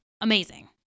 Amazing